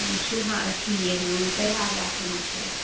یہِ چھُ وار ٹھیٖک یہِ ووٚنوٕ تۄہہِ واریاہ اَصٕل مَشور